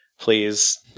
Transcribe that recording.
Please